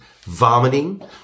Vomiting